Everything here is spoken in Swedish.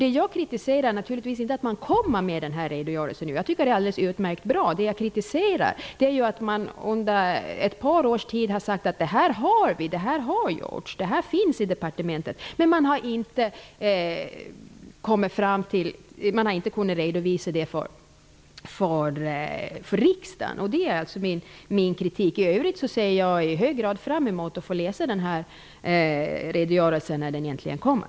Det jag kritiserat är naturligtvis inte att regeringen nu kommer med den här redogörelsen -- jag tycker att det är alldeles utmärkt bra -- utan vad jag kritiserar är att man under ett par års tid har sagt att detta har gjorts, att detta finns i departementet, men att man inte har kunnat redovisa det för riksdagen. Det är min kritik. I övrigt ser jag i hög grad fram emot att få läsa den här redogörelsen när den äntligen kommer.